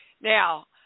Now